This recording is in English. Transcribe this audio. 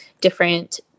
different